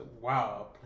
wow